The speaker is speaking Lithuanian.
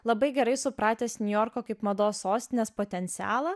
labai gerai supratęs niujorko kaip mados sostinės potencialą